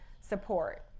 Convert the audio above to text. support